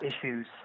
issues